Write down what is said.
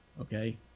Okay